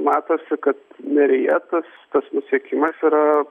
matosi kad neryje tas tas nusukimas yra